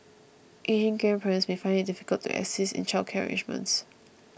ageing grandparents may also find it difficult to assist in childcare arrangements